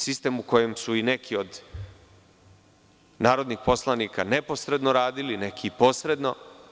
Sistem u kojem su i neki od narodnih poslanika neposredno radili, neki posredno.